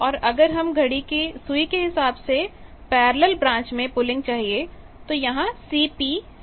और अगर हमें घड़ी की सुई के हिसाब से पार्लर ब्रांच में पुलिंग चाहिए तो यहां CP है